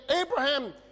Abraham